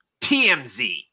TMZ